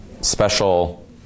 special